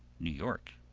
new york.